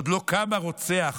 עוד לא קם הרוצח